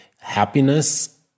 Happiness